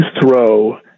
throw